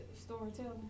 storytelling